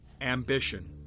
Ambition